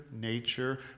nature